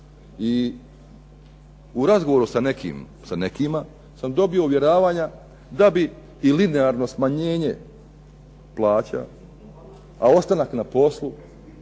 I u razgovoru sa nekima sam dobio uvjeravanja da bi i linearno smanjenje plaća, a ostanak na poslu